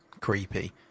creepy